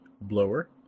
blower